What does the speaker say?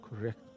Correct